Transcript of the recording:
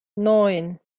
neun